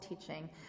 teaching